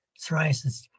psoriasis